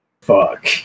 Fuck